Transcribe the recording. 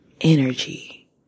energy